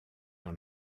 dans